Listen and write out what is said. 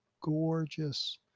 gorgeous